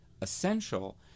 essential